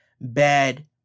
bad